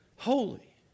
holy